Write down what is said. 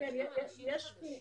יש גם אנשים חדשים?